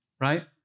right